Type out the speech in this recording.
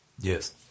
Yes